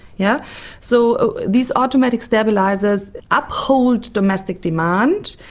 yeah so these automatic stabilisers uphold domestic demand,